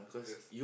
yes